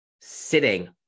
sitting